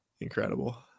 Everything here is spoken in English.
incredible